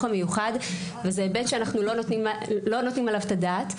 המיוחד וזה היבט שאנחנו לא נותנים עליו את הדעת.